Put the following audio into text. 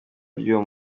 ry’uwo